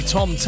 Tom